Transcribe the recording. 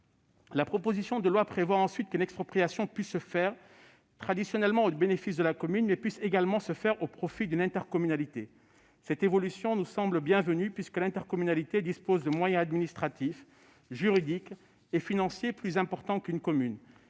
La proposition de loi prévoit ensuite qu'une expropriation qui se fait traditionnellement au bénéfice de la commune puisse également se faire au profit d'une intercommunalité. Cette évolution nous semble bienvenue, puisque l'intercommunalité dispose de moyens administratifs, juridiques et financiers plus importants qu'une commune.